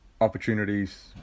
opportunities